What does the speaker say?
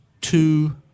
two